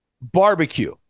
Barbecue